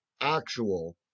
actual